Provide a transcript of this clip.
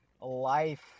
life